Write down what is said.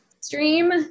stream